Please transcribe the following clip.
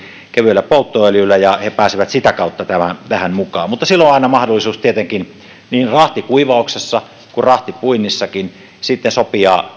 kevyellä polttoöljyllä ja he pääsevät sitä kautta tähän mukaan mutta silloin on aina mahdollisuus tietenkin niin rahtikuivauksessa kuin rahtipuinnissakin sopia